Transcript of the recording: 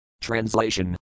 Translation